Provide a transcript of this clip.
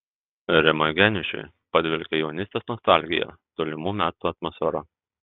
rimui geniušui padvelkia jaunystės nostalgija tolimų metų atmosfera